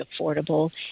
affordable